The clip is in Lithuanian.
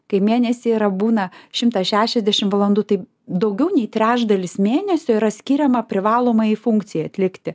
kai mėnesyje yra būna šimtas šešiasdešim valandų tai daugiau nei trečdalis mėnesio yra skiriama privalomajai funkcijai atlikti